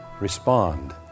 respond